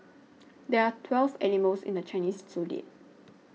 there are twelve animals in the Chinese zodiac